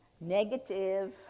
negative